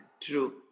True